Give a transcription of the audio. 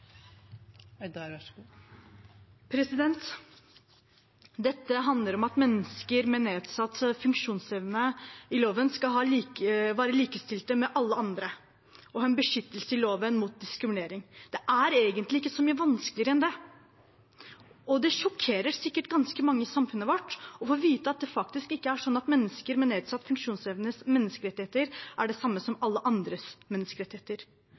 Dette handler om at mennesker med nedsatt funksjonsevne skal være likestilt i loven med alle andre, og ha en beskyttelse i loven mot diskriminering. Det er egentlig ikke så mye vanskeligere enn det. Det sjokkerer sikkert ganske mange i samfunnet vårt å få vite at det faktisk ikke er sånn at mennesker med nedsatt funksjonsevnes menneskerettigheter er de samme som alle andres menneskerettigheter.